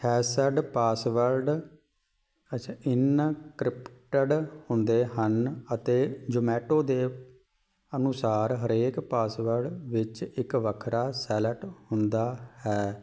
hashed password ਅੱਛਾ encrypted ਹੁੰਦੇ ਹਨ ਅਤੇ ਜ਼ੋਮੈਟੋ ਦੇ ਅਨੁਸਾਰ ਹਰੇਕ ਪਾਸਵਰਡ ਵਿੱਚ ਇੱਕ ਵੱਖਰਾ ਸੈਲਟ ਹੁੰਦਾ ਹੈ